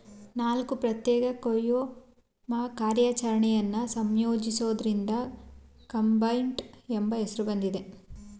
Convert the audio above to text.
ನಾಲ್ಕು ಪ್ರತ್ಯೇಕ ಕೊಯ್ಲು ಕಾರ್ಯಾಚರಣೆನ ಸಂಯೋಜಿಸೋದ್ರಿಂದ ಕಂಬೈನ್ಡ್ ಎಂಬ ಹೆಸ್ರು ಬಂದಿದೆ